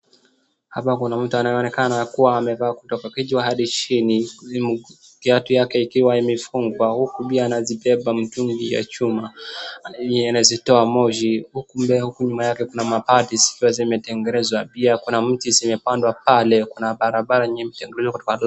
Hapa kuna mtu anaoenekana kuwa amevaa kutoka kichwa hadi chini. Kiatu yake ikiwa imefungwa huku pia anazibeba mitungi ya chuma ,anazitoa moshi huku nyuma yake kuna mabati zimetengenezwa pia kuna miti zimepandwa pale na kuna barabara nyeuepe[.]